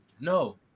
No